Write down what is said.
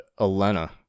Elena